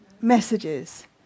messages